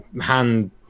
hand